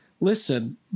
listen